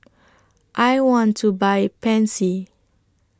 I want to Buy Pansy